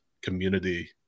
community